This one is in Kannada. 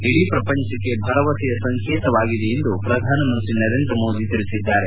ಇಡೀ ಪ್ರಪಂಚಕ್ಕೆ ಭರವಸೆಯ ಸಂಕೇತವಾಗಿದೆ ಎಂದು ಪ್ರಧಾನಮಂತ್ರಿ ನರೇಂದ್ರ ಮೋದಿ ಹೇಳಿದ್ದಾರೆ